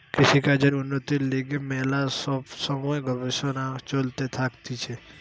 কৃষিকাজের উন্নতির লিগে ম্যালা সব সময় গবেষণা চলতে থাকতিছে